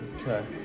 Okay